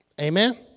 Amen